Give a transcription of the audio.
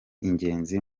ingenzi